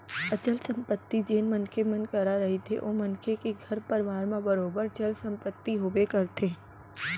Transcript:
अचल संपत्ति जेन मनखे मन करा रहिथे ओ मनखे के घर परवार म बरोबर चल संपत्ति होबे करथे